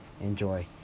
enjoy